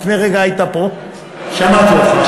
לפני כן היית פה ושמעתי אותך.